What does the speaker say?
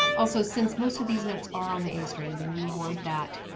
also, since most of these notes are on the a string then you want that